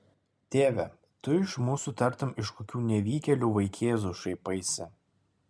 tėve tu iš mūsų tartum iš kokių nevykėlių vaikėzų šaipaisi